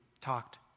talked